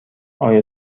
آیا